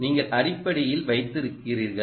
நீங்கள் அடிப்படையில் வைத்திருக்கிறீர்கள்